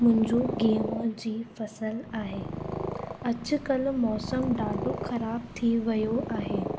मुंहिंजो गेहू जी फसल आहे अॼुकल्ह मौसमु ॾाढो ख़राब थी वियो आहे